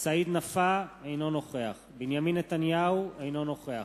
סעיד נפאע, אינו נוכח בנימין נתניהו, אינו נוכח